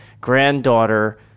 granddaughter